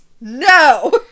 No